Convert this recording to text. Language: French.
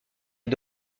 les